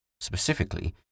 specifically